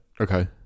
Okay